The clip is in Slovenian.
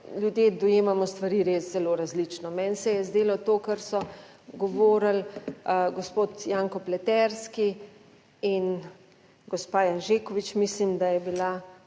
ljudje dojemamo stvari res zelo različno. Meni se je zdelo to, kar so govorili gospod Janko Pleterski in gospa Janžekovič, mislim, da je bila,